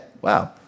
Wow